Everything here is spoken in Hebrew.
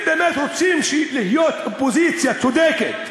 אם באמת רוצים להיות אופוזיציה צודקת,